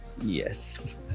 yes